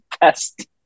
best